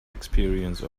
experience